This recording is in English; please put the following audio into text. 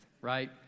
Right